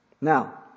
Now